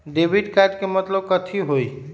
Debit card के मतलब कथी होई?